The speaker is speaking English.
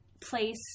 place